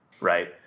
right